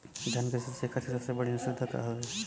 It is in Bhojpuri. धान क सिंचाई खातिर सबसे बढ़ियां सुविधा का हवे?